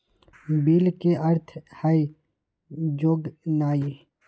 bill के अर्थ हइ जोगनाइ